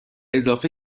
اضافه